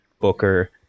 Booker